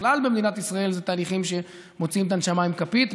בכלל במדינת ישראל אלה תהליכים שמוציאים את הנשמה עם כפית,